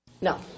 No